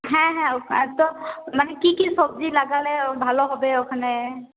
হ্যাঁ হ্যাঁ আর তো মানে কি কি সবজি লাগালে ভালো হবে ওখানে